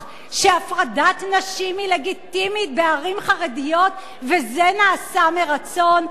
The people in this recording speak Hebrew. שהפרדת נשים היא לגיטימית בערים חרדיות וזה נעשה מרצון,